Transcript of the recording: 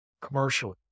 commercially